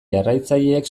jarraitzaileek